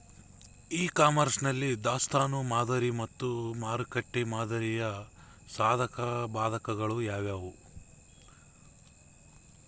E commerce ನಲ್ಲಿ ದಾಸ್ತನು ಮಾದರಿ ಮತ್ತು ಮಾರುಕಟ್ಟೆ ಮಾದರಿಯ ಸಾಧಕಬಾಧಕಗಳು ಯಾವುವು?